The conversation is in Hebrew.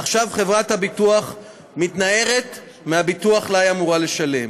ועכשיו חברת הביטוח מתנערת מהביטוח שהיא אמורה לשלם.